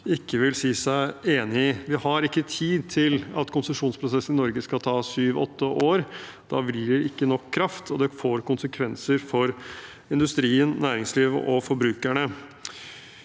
ikke vil si seg enig i. Vi har ikke tid til at konsesjonsprosessene i Norge skal ta syv–åtte år. Da blir det ikke nok kraft, og det får konsekvenser for industrien, næringslivet og forbrukerne.